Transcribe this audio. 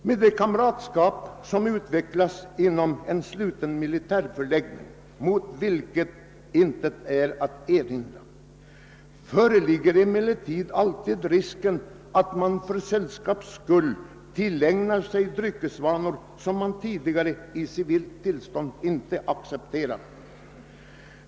Med det kamratskap som utvecklas inom en sluten militärförläggning, mot vilket intet är att erinra, föreligger emellertid alltid risk för att vissa värnpliktiga för sällskaps skull tillägnar sig dryckesvanor, som de tidigare i det civila inte skulle ha accepterat.